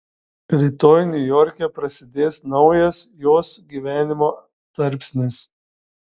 rytoj niujorke prasidės naujas jos gyvenimo tarpsnis